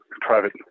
private